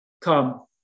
Come